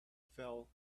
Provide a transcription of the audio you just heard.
fell